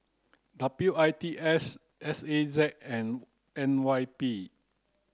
W I T S S A Z and N Y P